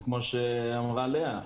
וכמו שאמרה לאה,